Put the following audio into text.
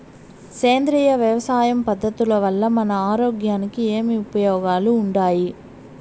సేంద్రియ వ్యవసాయం పద్ధతుల వల్ల మన ఆరోగ్యానికి ఏమి ఉపయోగాలు వుండాయి?